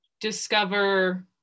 discover